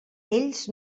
ells